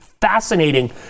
fascinating